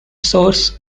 source